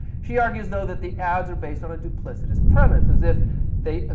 she argues though that the ads are based on a duplicitous premise, as if they, ah